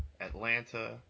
Atlanta